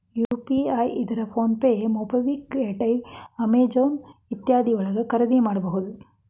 UPI ಇದ್ರ PhonePe MobiKwik Airtel Amazon ಇತ್ಯಾದಿ ಯೊಳಗ ಖರಿದಿಮಾಡಬಹುದು